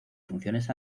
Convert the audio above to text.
funciones